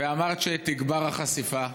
ואמרת שתגבר החשיפה.